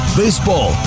baseball